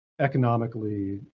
economically